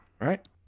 Right